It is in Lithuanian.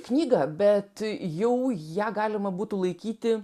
knygą bet jau ją galima būtų laikyti